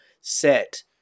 set